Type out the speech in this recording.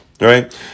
right